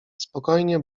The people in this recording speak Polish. spokojnie